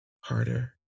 harder